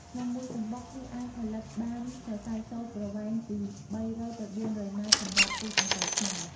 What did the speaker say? ក្នុងមួយសំបុក វាអាចផលិតបានសរសៃសូត្រប្រវែងពី៣០០ ទៅ៤០០ម៉ែត្រ សម្រាប់ពូជដង្កូវខ្មែរ។